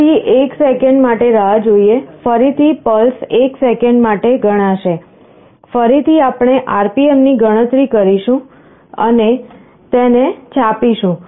ફરીથી 1 સેકંડ માટે રાહ જોઈએ ફરીથી પલ્સ 1 સેકંડ માટે ગણાશે ફરીથી આપણે RPM ની ગણતરી કરીશું અને તેને છાપીશું